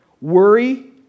worry